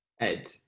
Ed